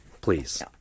please